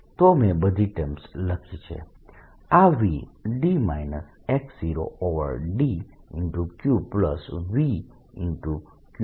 તો મેં બધી ટર્મ્સ લખી છે આ V QVq1થશે